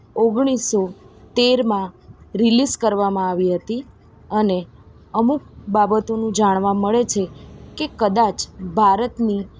ઓગણીસ સો તેરમાં રિલીઝ કરવામાં આવી હતી અને અમુક બાબતોનું જાણવા મળે છે કે કદાચ ભારતની